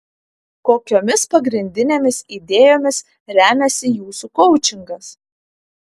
kokiomis pagrindinėmis idėjomis remiasi jūsų koučingas